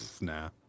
Nah